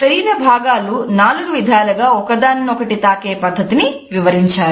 శరీరభాగాలు నాలుగు విధాలుగా ఒకదానినొకటి తాకెపద్ధతిని వివరించారు